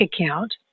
account